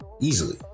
Easily